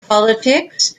politics